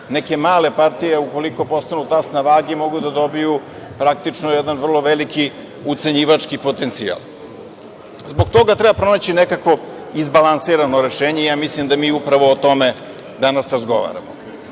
neke male partije ukoliko postanu tas na vagi mogu da dobiju praktično jedan vrlo veliki ucenjivački potencijal. Zbog toga treba pronaći nekakvo izbalansirano rešenje i ja mislim da mi upravo o tome danas razgovaramo. Kada